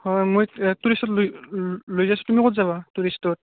হয় মই টুৰিষ্ট লৈ আছোঁ তুমি ক'ত যাবা টুৰিষ্টত